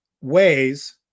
ways